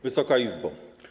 Wysoka Izbo!